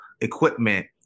equipment